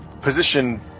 position